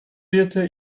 birte